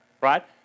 right